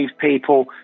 people